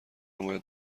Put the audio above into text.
باید